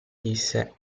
disse